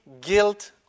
guilt